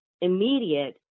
immediate